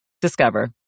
Discover